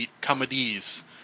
comedies